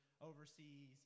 overseas